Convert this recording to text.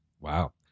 wow